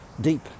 deep